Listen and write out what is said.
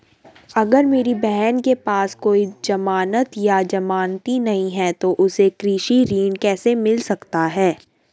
अगर मेरी बहन के पास कोई जमानत या जमानती नहीं है तो उसे कृषि ऋण कैसे मिल सकता है?